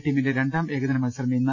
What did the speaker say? ടീമിന്റെ രണ്ടാം ഏകദിന മത്സരം ഇന്ന്